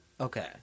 Okay